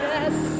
Yes